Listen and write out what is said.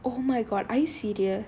oh my god are you serious